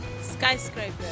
Skyscraper